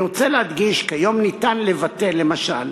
אני רוצה להדגיש שכיום ניתן לבטל למשל